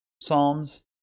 Psalms